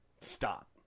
Stop